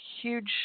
huge